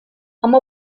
ama